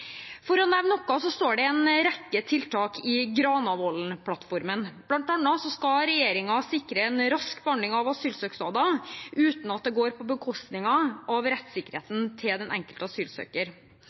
For å nevne noe står det en rekke tiltak i Granavolden-plattformen. Blant annet skal regjeringen sikre en rask behandling av asylsøknader, uten at det går på bekostning av